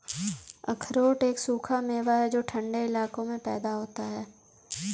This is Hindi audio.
अखरोट एक सूखा मेवा है जो ठन्डे इलाकों में पैदा होता है